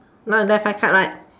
now left five card right